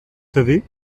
savez